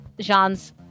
Jean's